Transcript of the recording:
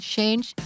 Change